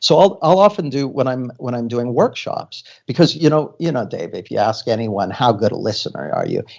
so i'll i'll often do when i'm when i'm doing workshops because, you know you know dave, if you ask anyone, how good a listener are you,